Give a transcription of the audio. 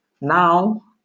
now